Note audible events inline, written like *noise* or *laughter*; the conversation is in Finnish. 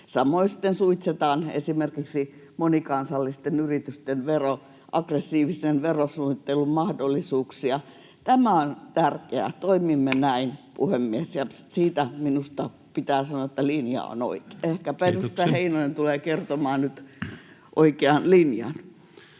sitten suitsitaan esimerkiksi monikansallisten yritysten aggressiivisen verosuunnittelun mahdollisuuksia. Tämä on tärkeää, toimimme näin, *noise* puhemies, ja siitä minusta pitää sanoa, että linja on oikea. [Puhemies: Kiitoksia!] — Ehkä edustaja Heinonen tulee kertomaan nyt oikean linjan.